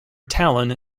talon